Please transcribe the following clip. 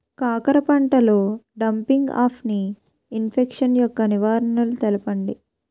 కాకర పంటలో డంపింగ్ఆఫ్ని ఇన్ఫెక్షన్ యెక్క నివారణలు తెలపండి?